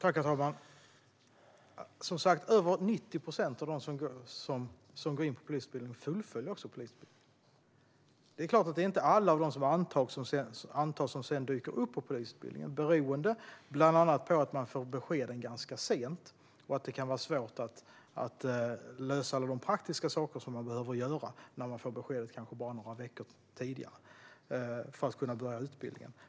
Herr talman! Över 90 procent av dem som påbörjar polisutbildningen fullföljer den, som sagt. Det är klart att inte alla de som antas sedan dyker upp på polisutbildningen. Det beror bland annat på att man får beskedet ganska sent, kanske bara några veckor i förväg, och att det kan vara svårt att lösa allt det praktiska för att man ska kunna börja på utbildningen.